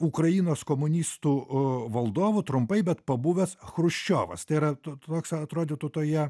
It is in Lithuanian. ukrainos komunistų u valdovu trumpai bet pabuvęs chruščiovas tai yra toks atrodytų toje